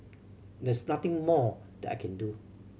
there's nothing more that I can do